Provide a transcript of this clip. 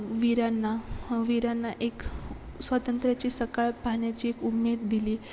वीरांना वीरांना एक स्वातंत्र्याची सकाळ पाहण्याची एक उमेद दिली